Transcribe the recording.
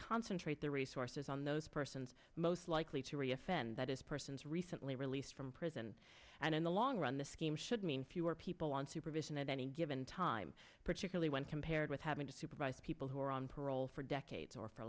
concentrate their resources on those persons most likely to re offend that is persons recently released from prison and in the long run the scheme should mean fewer people on supervision at any given time particularly when compared with having to supervise people who are on parole for decades or for